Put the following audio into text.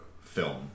film